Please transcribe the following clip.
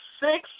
six